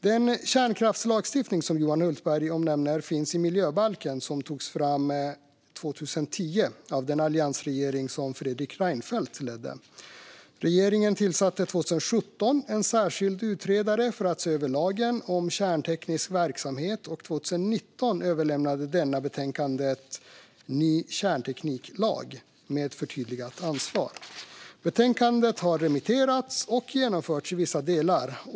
Den kärnkraftslagstiftning som Johan Hultberg omnämner finns i miljöbalken och togs fram 2010 av den alliansregering som Fredrik Reinfeldt ledde. Regeringen tillsatte 2017 en särskild utredare för att se över lagen om kärnteknisk verksamhet, och 2019 överlämnade denne betänkandet Ny kärntekniklag - med förtydligat ansvar . Betänkandet har remitterats och genomförts i vissa delar.